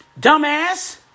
Dumbass